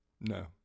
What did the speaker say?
no